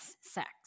sex